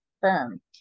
firm